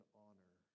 honor